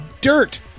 dirt